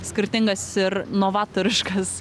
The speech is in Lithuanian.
skirtingas ir novatoriškas